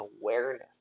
awareness